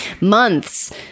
months